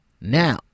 Now